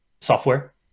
software